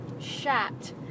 shot